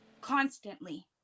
constantly